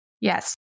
yes